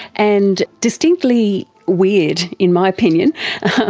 and distinctly weird in my opinion.